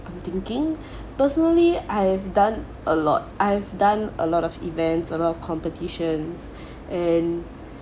I'm thinking personally I have done a lot I've done a lot of events a lot of competitions and